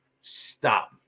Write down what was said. Stop